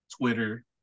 twitter